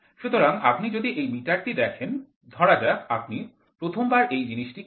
সুতরাং আপনি যদি এই মিটারটি দেখেন ধরা যাক আপনি প্রথমবার এই জিনিসটি কিনেছেন